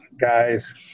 guys